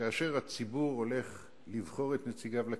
כאשר הציבור הולך לבחור את נציגיו לכנסת.